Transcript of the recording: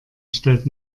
stellt